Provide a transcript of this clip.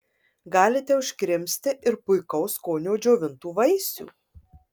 galite užkrimsti ir puikaus skonio džiovintų vaisių